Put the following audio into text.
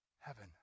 heaven